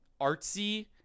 artsy